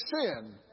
sin